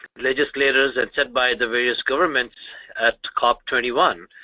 legislators and set by the various governments at cop twenty one.